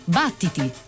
battiti